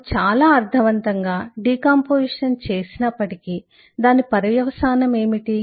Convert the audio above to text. మనము చాలా అర్థవంతంగా డికాంపొజిషన్ చేసినప్పటికీ దాని పర్యవసానం ఏమిటి